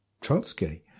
Trotsky